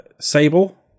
Sable